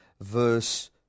verse